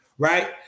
Right